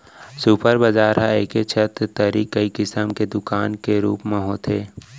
super बजार ह एके छत तरी कई किसम के दुकान के रूप म होथे